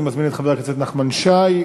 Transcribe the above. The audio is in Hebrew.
אני מזמין את חבר הכנסת נחמן שי,